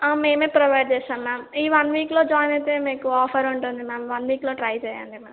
మేము ప్రొవైడ్ చేస్తాం మ్యామ్ ఈ వన్ వీక్లో జాయిన్ అయితే మీకు ఆఫర్ ఉంటుంది మ్యామ్ వన్ వీక్లో ట్రై చేయండి మ్యామ్